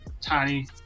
tiny